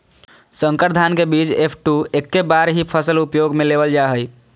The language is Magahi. संकर धान के बीज एफ.टू एक्के बार ही फसल उपयोग में लेवल जा हइ